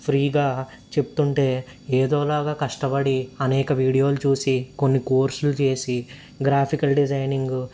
ఫ్రీగా చెప్తుంటే ఏదో ఒకలాగా కష్టపడి అనేక వీడియోలు చూసి కొన్ని కోర్సులు చేసి గ్రాఫికల్ డిజైనింగ్